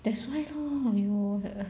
that's why lor !aiyo!